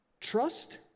trust